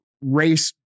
race